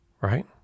right